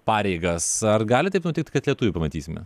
pareigas ar gali taip nutikt kad lietuvį pamatysime